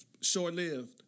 short-lived